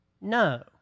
no